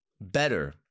better